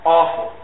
Awful